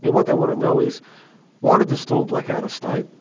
and what they want to know is why did the storm black-out a state?